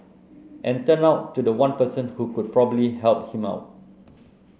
and turned out to the one person who could probably help him out